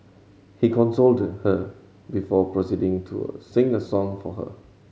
he consoled her before proceeding to sing a song for her